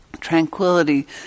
Tranquility